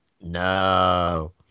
No